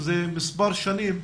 שאין מזה מספר שנים,